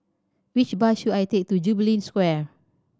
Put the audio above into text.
which bus should I take to Jubilee Square